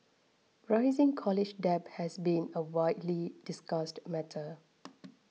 rising college debt has been a widely discussed matter